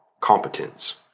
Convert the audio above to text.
competence